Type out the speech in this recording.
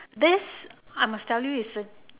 this I must tell you is a